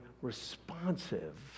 responsive